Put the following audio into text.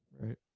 Right